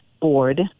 board